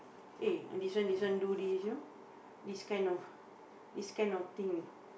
eh this one this one do this you know this kind of this kind of thing